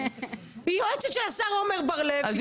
היא יועצת של השר עמר בר לב,